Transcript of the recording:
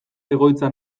egoitza